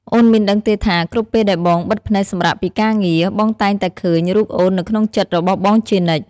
អូនមានដឹងទេថា គ្រប់ពេលដែលបងបិទភ្នែកសម្រាកពីការងារ បងតែងតែឃើញរូបអូននៅក្នុងចិត្តរបស់បងជានិច្ច?